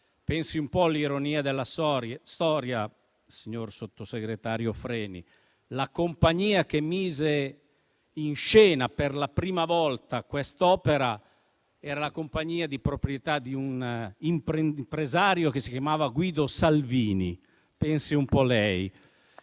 Pensi un po' all'ironia della storia, signor sottosegretario Freni: la compagnia che mise in scena per la prima volta quest'opera era di proprietà di un impresario che si chiamava Guido Salvini. Cosa diceva